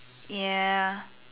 ya